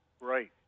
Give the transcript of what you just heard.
Right